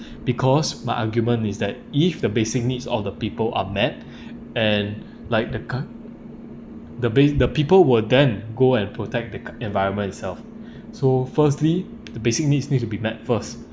because my argument is that if the basic needs of the people are met and like the cou~ the ba~ the people will then go and protect the co~ environment itself so firstly the basic needs need to be met first